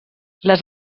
les